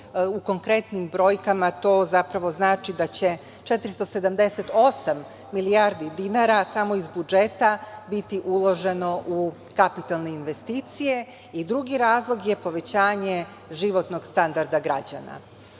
U konkretnim brojkama to zapravo znači da će 478 milijardi dinara samo iz budžeta biti uloženo u kapitalne investicije i drugi razlog je povećanje životnog standarda građana. Sa